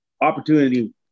opportunity